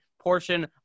portion